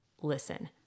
listen